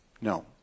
No